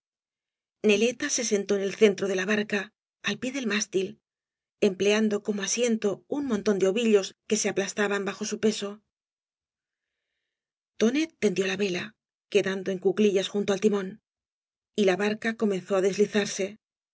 neleta se sentó en el centro de la barca al pie del mástil empleando como asiento un montón de ovillos que se aplastaban bajo su peso tonet tendió la vela quedando en cuclillas junto al timón y la barca comenzó á deslizarse